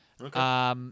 Okay